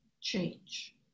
change